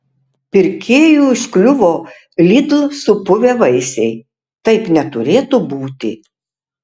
pirkėjui užkliuvo lidl supuvę vaisiai taip neturėtų būti